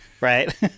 right